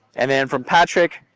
and then from patrick,